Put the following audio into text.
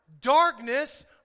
Darkness